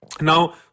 Now